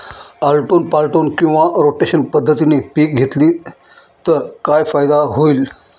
आलटून पालटून किंवा रोटेशन पद्धतीने पिके घेतली तर काय फायदा होईल?